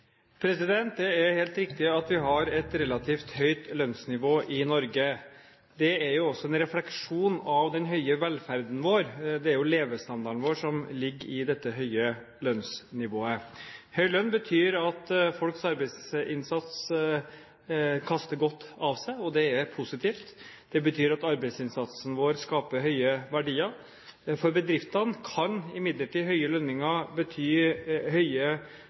Det er helt riktig at vi har et relativt høyt lønnsnivå i Norge. Det er jo også en refleksjon av den høye velferden vår; det er levestandarden vår som ligger i dette høye lønnsnivået. Høy lønn betyr at folks arbeidsinnsats kaster godt av seg, og det er positivt. Det betyr at arbeidsinnsatsen vår skaper store verdier. For bedriftene kan imidlertid høye lønninger bety høye